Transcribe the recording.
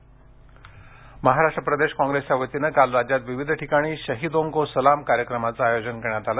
शहीद सलाम महाराष्ट्र प्रदेश कॉंग्रेसच्या वतीनं काल राज्यात विविध ठिकाणी शहींदो को सलाम कार्यक्रमाचं आयोजन करण्यात आलं